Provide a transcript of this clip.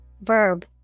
Verb